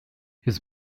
his